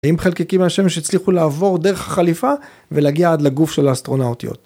ואם חלקיקים מהשמש יצליחו לעבור דרך החליפה ולהגיע עד לגוף של האסטרונאוטיות.